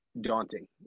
daunting